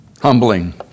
humbling